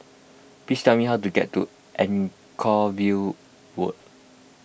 please tell me how to get to Anchorvale Walk